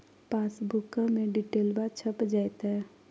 पासबुका में डिटेल्बा छप जयते?